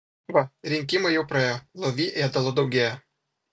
va rinkimai jau praėjo lovy ėdalo daugėja